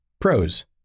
Pros